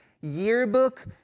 yearbook